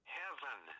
heaven